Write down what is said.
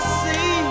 see